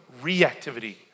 reactivity